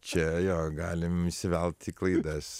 čia jo galim įsivelt į klaidas